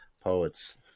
poets